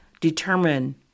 determine